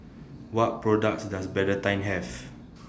What products Does Betadine Have